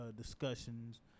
discussions